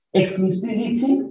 exclusivity